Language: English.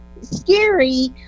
scary